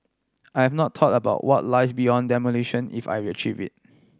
I've not thought about what lies beyond demolition if I it